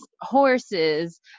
horses